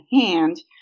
hand